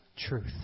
truth